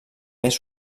més